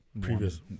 previous